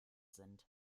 sind